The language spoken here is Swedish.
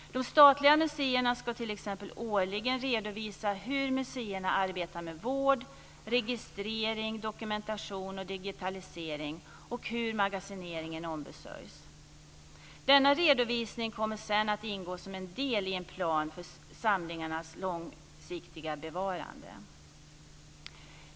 De statliga museerna ska t.ex. årligen redovisa hur museerna arbetar med vård, registrering, dokumentation och digitalisering och hur magasineringen sköts. Denna redovisning kommer sedan att ingå som en del i en plan för samlingarnas långsiktiga bevarande.